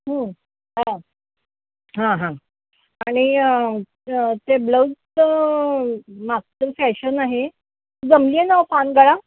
हां हां हां आणि ते ब्लाऊजचं मागचं फॅशन आहे जमली आहे ना अहो पान गळा